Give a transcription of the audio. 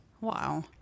Wow